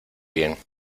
bien